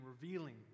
revealing